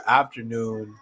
afternoon